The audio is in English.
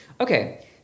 Okay